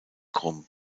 krumm